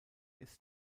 ist